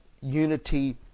unity